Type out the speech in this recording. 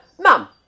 Mum